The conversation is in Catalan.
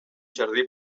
jardí